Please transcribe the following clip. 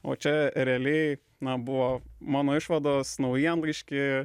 o čia realiai na buvo mano išvados naujienlaišky